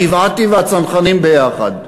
גבעתי והצנחנים ביחד.